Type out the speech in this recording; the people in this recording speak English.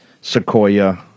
Sequoia